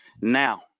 Now